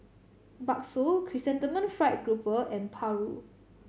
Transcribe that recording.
bakso Chrysanthemum Fried Grouper and paru